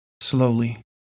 Slowly